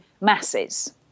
masses